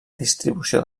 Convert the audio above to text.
distribució